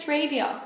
Radio